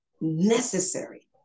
necessary